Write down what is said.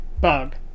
bug